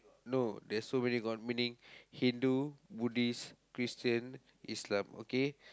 no there's so many god meaning Hindu Buddhist Christian Islam okay